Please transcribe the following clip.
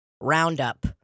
Roundup